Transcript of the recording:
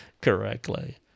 correctly